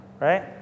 Right